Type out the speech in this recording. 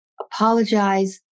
apologize